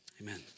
amen